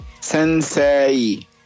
Sensei